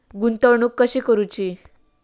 गुंतवणूक कशी करूची?